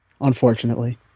unfortunately